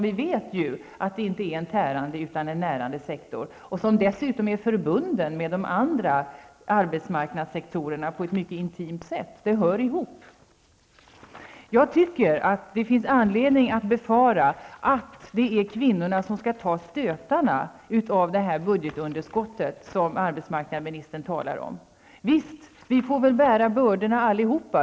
Vi vet ju att detta inte är en tärande utan en närande sektor och att den dessutom på ett mycket intimt sätt är förbunden med de andra arbetsmarknadssektorerna -- det hör ihop. Det finns enligt min uppfattning anledning att befara att det är kvinnorna som skall ta stötarna som blir följden av det budgetunderskott som arbetsmarknadsministern talar om. Visst får vi lov att bära bördorna allihop.